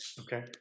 okay